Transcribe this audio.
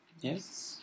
Yes